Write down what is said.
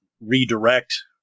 redirect